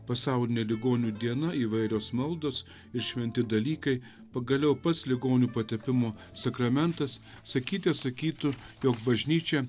pasaulinė ligonių diena įvairios maldos ir šventi dalykai pagaliau pats ligonių patepimo sakramentas sakyte sakytų jog bažnyčia